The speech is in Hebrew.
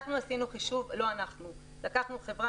אנחנו עשינו חישוב לא אנחנו בשנה שעברה לקחנו חברה,